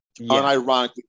Unironically